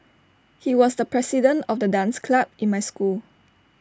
he was the president of the dance club in my school